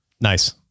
Nice